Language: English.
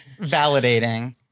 validating